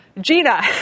Gina